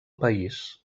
país